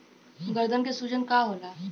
गदन के सूजन का होला?